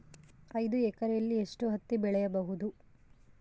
ಐದು ಎಕರೆಯಲ್ಲಿ ಎಷ್ಟು ಹತ್ತಿ ಬೆಳೆಯಬಹುದು?